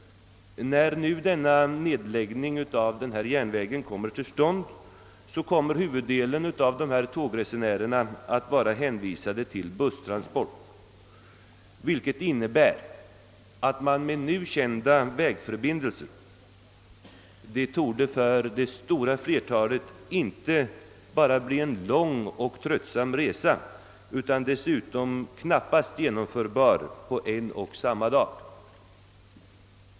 När den planerade nedläggningen av ifrågavarande järnvägslinje genomförs kommer huvuddelen av dessa tågresenärer att vara hänvisade till busstransport, vilket innebär att det med nu förefintliga vägförbindelser för det stora flertalet inte bara blir en lång och tröttsam resa utan därtill, att denna knappast blir genomförbar på en och samma dag.